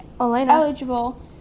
eligible